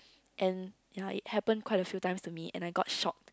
and ya it happened quite a few times to me and I got shocked